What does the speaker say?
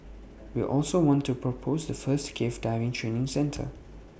we also want to propose the first cave diving training centre